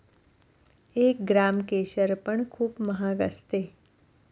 एक ग्राम केशर पण खूप महाग असते